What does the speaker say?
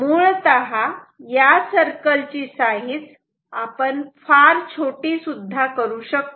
मुळतः या सर्कल ची साईज आपण फार छोटी सुद्धा करू शकतो